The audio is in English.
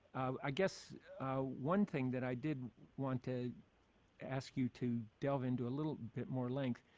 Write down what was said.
i guess one thing that i did wanted ask you to delve into a little bit more length.